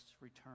return